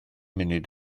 munud